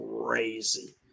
crazy